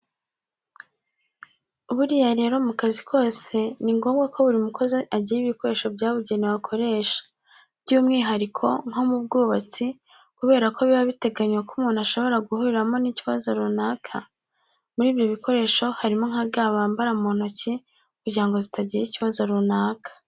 Buriya rero mu kazi kose ni ngombwa ko buri mukozi agira ibikoresho byabugenewe akoresha by'umwihariko nko mu bwubatsi kubera ko biba biteganywa ko umuntu ashobora guhuriramo n'ikibazo runaka. Muri ibyo bikoresho harimo nka ga bambara mu ntoki kugira zitagira ikibazo runaka.